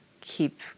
keep